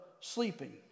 Sleeping